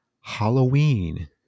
Halloween